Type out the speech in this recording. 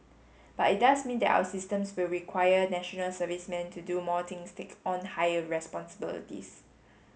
but it does mean that our systems will require national servicemen to do more things take on higher responsibilities